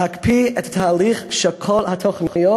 להקפיא את התהליך של כל התוכניות,